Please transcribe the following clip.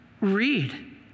Read